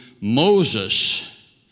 Moses